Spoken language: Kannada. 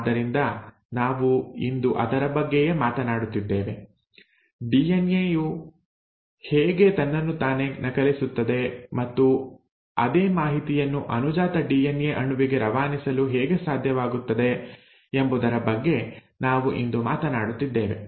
ಆದ್ದರಿಂದ ನಾವು ಇಂದು ಅದರ ಬಗ್ಗೆಯೇ ಮಾತನಾಡುತ್ತಿದ್ದೇವೆ ಡಿಎನ್ಎ ಯು ಹೇಗೆ ತನ್ನನ್ನು ತಾನೇ ನಕಲಿಸುತ್ತದೆ ಮತ್ತು ಅದೇ ಮಾಹಿತಿಯನ್ನು ಅನುಜಾತ ಡಿಎನ್ಎ ಅಣುವಿಗೆ ರವಾನಿಸಲು ಹೇಗೆ ಸಾಧ್ಯವಾಗುತ್ತದೆ ಎಂಬುದರ ಬಗ್ಗೆ ನಾವು ಇಂದು ಮಾತನಾಡುತ್ತಿದ್ದೇವೆ